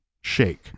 shake